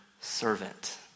Servant